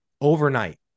overnight